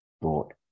brought